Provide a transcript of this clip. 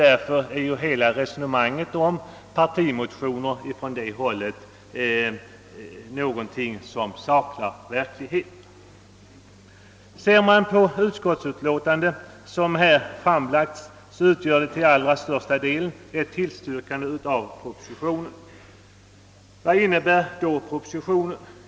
Därför är hela resonemanget om partimotioner från detta håll någonting som saknar verklighetsbakgrund. Ser man på det utskottsutlåtande som här framlagts, finner man att det till allra största delen utgör ett tillstyrkande av propositionen. Vad innebär då propositionen?